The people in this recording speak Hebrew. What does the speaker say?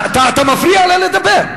אתה מפריע לדבר.